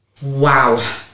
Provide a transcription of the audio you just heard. wow